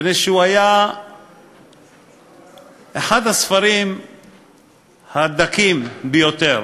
מפני שהוא היה אחד הספרים הדקים ביותר.